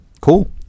Cool